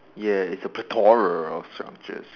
ya it's a plethora of structures